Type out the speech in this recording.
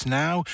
now